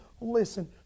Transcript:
Listen